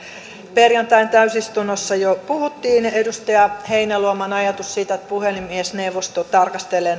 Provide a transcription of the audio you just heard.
perjantain täysistunnossa jo puhuttiin edustaja heinäluoman ajatus siitä että puhemiesneuvosto tarkastelee